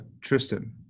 Tristan